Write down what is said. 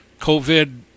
COVID